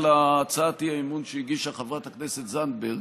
להצעת האי-אמון שהציגה חברת הכנסת זנדברג,